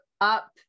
up